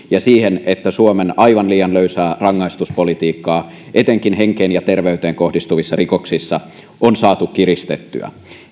ja siihen että suomen aivan liian löysää rangaistuspolitiikkaa etenkin henkeen ja terveyteen kohdistuvissa rikoksissa on saatu kiristettyä